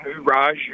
Raj